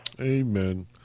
Amen